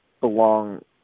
belong